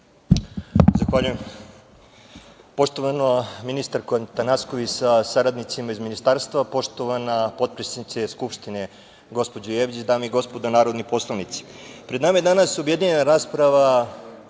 Zahvaljujem. Poštovano ministarko Tanasković sa saradnicima iz Ministarstva, poštovana potpredsednice Skupštine, gospođo Jevđić, dame i gospodo narodni poslanici, pred nama je danas objedinjena rasprava